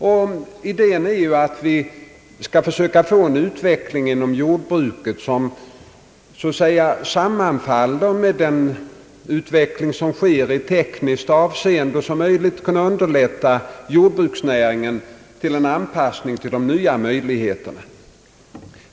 Avsikten är ju att vi skall försöka få en utveckling inom jordbruket som så att säga sammanfaller med den utveckling som pågår i tekniskt avseende och en politik som underlättar jordbruksnäringens anpassning till de nya möjligheterna.